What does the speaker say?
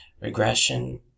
Regression